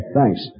Thanks